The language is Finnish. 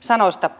sanoista